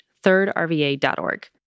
thirdrva.org